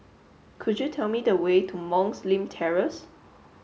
could you tell me the way to Monk's Hill Terrace